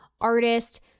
artist